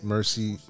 Mercy